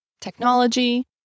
technology